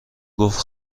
گفت